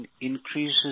increases